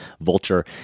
Vulture